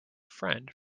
friend